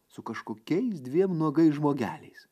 su kažkokiais dviem nuogais žmogeliais